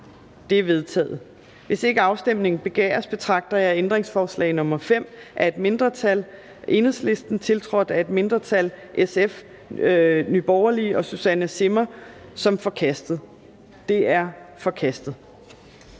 De er vedtaget. Hvis ikke afstemning begæres, betragter jeg ændringsforslag nr. 5 af et mindretal (EL), tiltrådt af et mindretal (SF, NB og Susanne Zimmer (UFG)), som forkastet. Det er forkastet.